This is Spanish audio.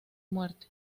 muerte